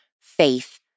faith